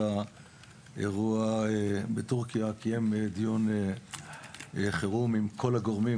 האירוע בטורקיה דיון חירום עם כל הגורמים,